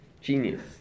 Genius